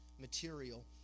material